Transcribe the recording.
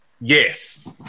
Yes